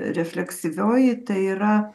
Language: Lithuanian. refleksyvioji tai yra